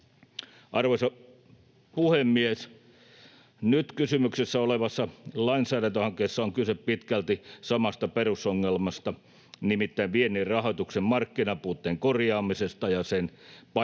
Arvoisa puhemies! Nyt kysymyksessä olevassa lainsäädäntöhankkeessa on kyse pitkälti samasta perusongelmasta, nimittäin viennin rahoituksen markkinapuutteen korjaamisesta ja sen paikkaamisesta.